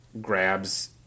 grabs